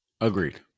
Agreed